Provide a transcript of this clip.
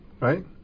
right